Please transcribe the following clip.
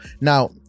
now